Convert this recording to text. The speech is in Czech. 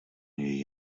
něj